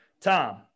Tom